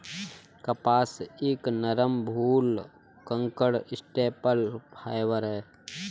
कपास एक नरम, भुलक्कड़ स्टेपल फाइबर है